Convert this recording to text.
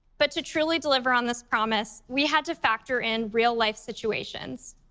but to truly deliver on this promise, we had to factor in real-life situations.